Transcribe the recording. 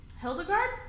Hildegard